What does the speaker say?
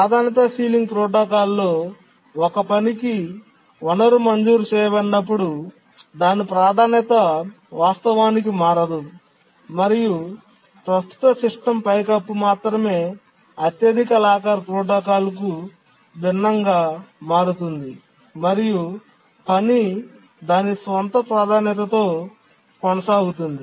ప్రాధాన్యత సీలింగ్ ప్రోటోకాల్లో ఒక పనికి వనరు మంజూరు చేయబడినప్పుడు దాని ప్రాధాన్యత వాస్తవానికి మారదు మరియు ప్రస్తుత సిస్టమ్ పైకప్పు మాత్రమే అత్యధిక లాకర్ ప్రోటోకాల్కు భిన్నంగా మారుతుంది మరియు పని దాని స్వంత ప్రాధాన్యతతో కొనసాగుతుంది